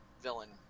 villain